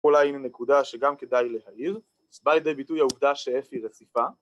‫עולה עם נקודה שגם כדאי להעיר, זה ‫בא ידי ביטוי העובדה ש-f היא רציפה.